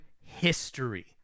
history